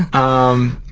um,